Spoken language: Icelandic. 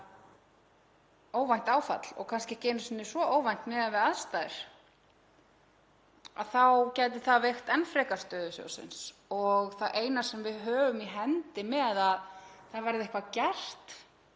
annað óvænt áfall, og kannski ekki einu sinni svo óvænt miðað við aðstæður, þá gæti það veikt enn frekar stöðu sjóðsins. Það eina sem við höfum í hendi með að það verði eitthvað gert